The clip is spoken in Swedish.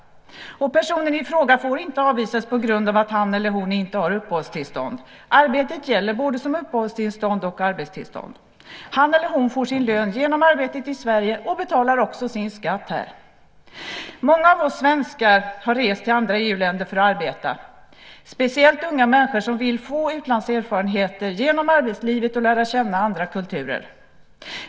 Personen i fråga får inte avvisas på grund av att han eller hon inte har uppehållstillstånd. Arbetet gäller både som uppehållstillstånd och arbetstillstånd. Man får sin lön genom arbetet i Sverige och betalar också sin skatt här. Många av oss svenskar har rest till andra EU-länder för att arbeta. Det gäller speciellt unga människor som genom arbetslivet vill få utlandserfarenheter och lära känna andra kulturer.